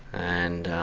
and